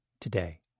today